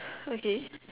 okay